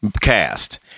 cast